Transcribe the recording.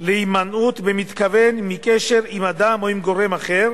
להימנעות במתכוון מקשר עם אדם או עם גורם אחר,